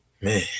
man